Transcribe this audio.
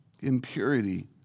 impurity